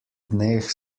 dneh